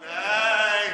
אולי.